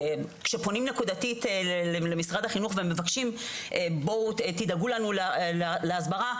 כאשר פונים נקודתית למשרד החינוך ומבקשים שידאגו לנו להסברה,